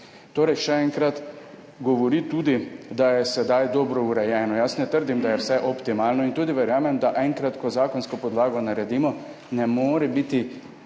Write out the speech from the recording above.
Torej še enkrat govori tudi, da je sedaj dobro urejeno. Jaz ne trdim, da je vse optimalno. Tudi verjamem, da enkrat, ko zakonsko podlago naredimo, ne more biti